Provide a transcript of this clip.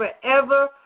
forever